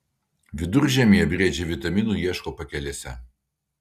viduržiemyje briedžiai vitaminų ieško pakelėse